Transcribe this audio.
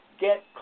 get